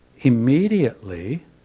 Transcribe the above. immediately